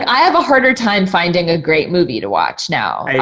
i have a harder time finding a great movie to watch now. i